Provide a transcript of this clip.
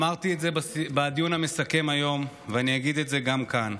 אמרתי את זה בדיון המסכם היום ואני אגיד את זה גם כאן: